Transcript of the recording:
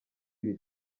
iri